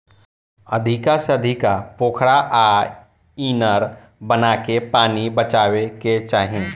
अधिका से अधिका पोखरा आ इनार बनाके पानी बचावे के चाही